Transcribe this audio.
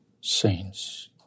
saints